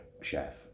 chef